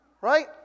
right